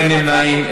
אין נמנעים,